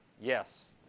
Yes